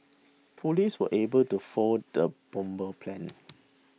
police were able to foil the bomber's plans